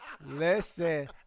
Listen